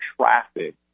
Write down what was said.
traffic